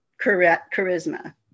charisma